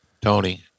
Tony